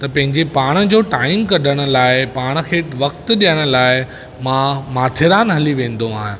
त पंहिंजे पाण जो टाइम कढण लाइ पाण खे वक्त ॾियण लाइ मां माथेरान हली वेन्दो आहियां